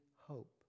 hope